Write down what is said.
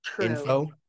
info